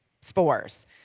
spores